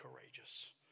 courageous